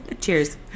cheers